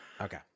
okay